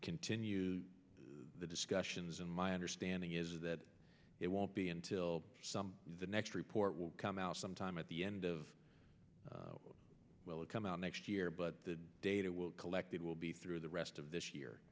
continue the discussions and my understanding is that it won't be until the next report will come out sometime at the end of well or come out next year but the data will collect it will be through the rest of this year